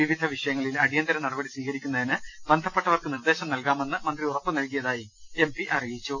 വിവിധ വിഷയങ്ങളിൽ അടിയന്തര നടപടി സ്വീകരിക്കുന്നതിന് ബന്ധ പ്പെട്ടവർക്ക് നിർദ്ദേശം നൽകാമെന്ന് മന്ത്രി ഉറപ്പുനൽകിയതായി എം പി അറിയിച്ചു